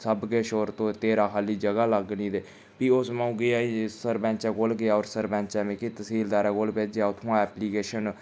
सब किश होर तेरा खाल्ली जगह लगनी ते फ्ही ओह् समां आ'ऊं गेआ सरपैंच कोल गेआ होर सरपैंच मिगी तह्सीलदारै कोल भेजेआ उत्थुआं ऐप्लीकेशन